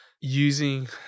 using